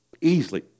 easily